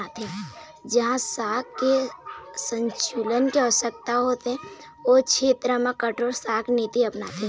जहाँ शाख के संकुचन के आवश्यकता होथे ओ छेत्र म कठोर शाख नीति अपनाथे